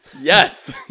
yes